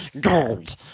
Gold